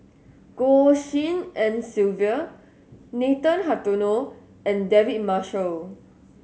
Goh Tshin En Sylvia Nathan Hartono and David Marshall